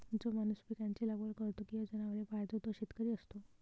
जो माणूस पिकांची लागवड करतो किंवा जनावरे पाळतो तो शेतकरी असतो